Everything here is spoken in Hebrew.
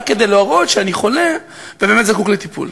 רק כדי להראות שאני חולה ובאמת זקוק לטיפול.